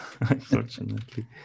unfortunately